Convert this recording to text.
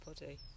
body